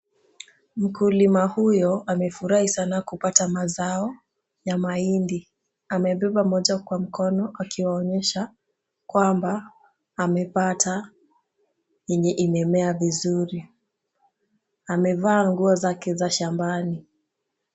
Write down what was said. Mkulima huyo amefurahi sana kupata mazao ya mahindi. Amebeba moja kwa mkono akiwaonyesha kwamba amepata yenye imemea vizuri. Amevaa nguo zake za shambani.